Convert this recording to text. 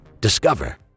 Discover